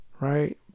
right